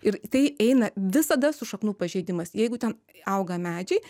ir tai eina visada su šaknų pažeidimas jeigu ten auga medžiai